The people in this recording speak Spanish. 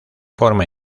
forma